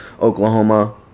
Oklahoma